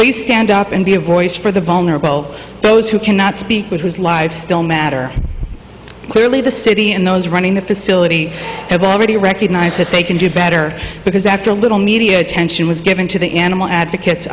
play stand up and be a voice for the vulnerable those who cannot speak with whose lives still matter clearly the city and those running the facility have already recognized that they can do better because after a little media attention was given to the animal advocates